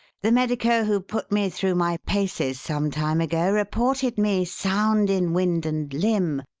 the medico who put me through my paces, some time ago, reported me sound in wind and limb,